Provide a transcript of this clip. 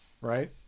Right